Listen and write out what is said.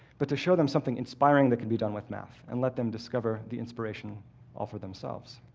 but to show them something inspiring that can be done with math and let them discover the inspiration all for themselves.